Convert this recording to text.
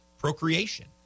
procreation